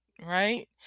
right